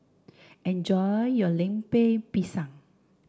enjoy your Lemper Pisang